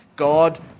God